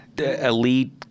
elite